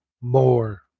more